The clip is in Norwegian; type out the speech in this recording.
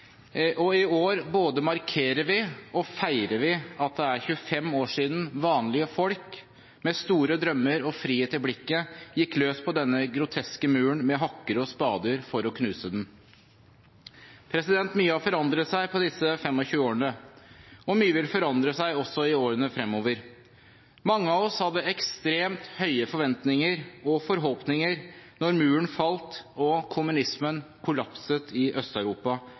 og i år både markerer vi og feirer vi at det er 25 år siden vanlige folk, med store drømmer og frihet i blikket, gikk løs på denne groteske muren med hakker og spader for å knuse den. Mye har forandret seg på disse 25 årene, og mye vil forandre seg også i årene fremover. Mange av oss hadde ekstremt høye forventninger og forhåpninger da muren falt og kommunismen kollapset i